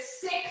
sick